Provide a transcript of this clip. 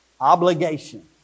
obligation